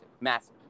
Massive